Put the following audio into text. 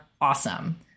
awesome